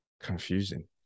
confusing